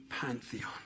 pantheon